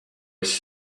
was